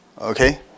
Okay